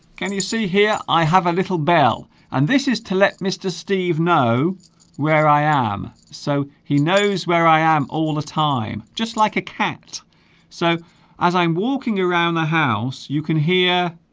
can you see here i have a little bell and this is to let mr. steve know where i am so he knows where i am all the time just like a cat so as i'm walking around the house you can hear